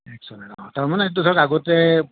আচ্ছা তাৰমানে এইটো ধৰক আগতে